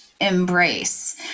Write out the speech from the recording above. embrace